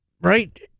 right